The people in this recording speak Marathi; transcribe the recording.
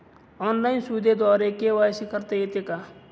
ऑनलाईन सुविधेद्वारे के.वाय.सी करता येते का?